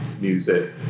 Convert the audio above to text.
music